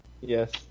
Yes